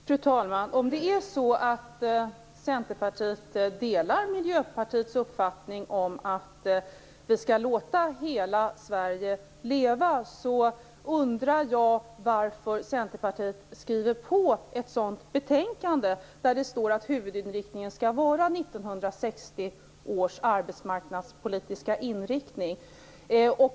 Fru talman! Om Centerpartiet delar Miljöpartiets uppfattning om att vi skall låta hela Sverige leva, undrar jag varför Centerpartiet skriver på ett betänkande där det står att huvudinriktning skall vara 1960 års arbetsmarknadspolitiska inriktning.